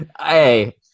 Hey